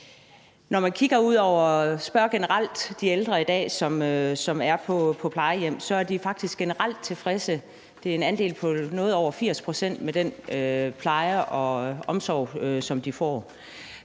Når man spørger de ældre generelt, som i dag er på plejehjem, er de faktisk generelt tilfredse. Det er en andel på noget over 80 pct., der er tilfredse med den pleje og omsorg, som de får.